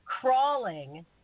crawling